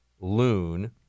loon